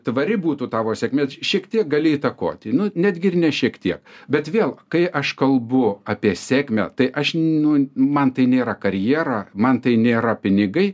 tvari būtų tavo sėkmė šiek tiek gali įtakoti nu netgi ir ne šiek tiek bet vėl kai aš kalbu apie sėkmę tai aš nu man tai nėra karjera man tai nėra pinigai